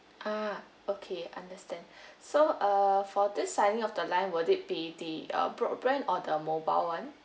uh okay understand so err for this signing of the line would it be the uh broadband or the mobile [one]